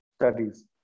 studies